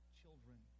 children